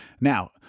Now